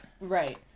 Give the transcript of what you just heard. Right